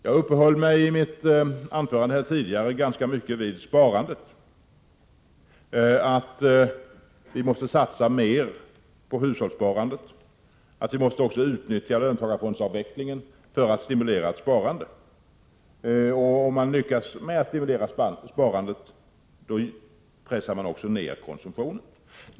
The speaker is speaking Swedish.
Jag uppehöll mig i mitt anförande tidigare ganska länge vid sparandet och sade att vi måste satsa mer på hushållssparandet och utnyttja löntagarfondsavvecklingen för att stimulera sparandet. Om man lyckas med att stimulera sparandet pressar man också ner konsumtionen.